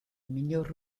miglior